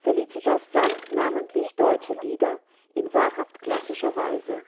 felicitas sang namentlich deutsche lieder in wahrhaft klassischer weise